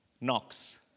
knocks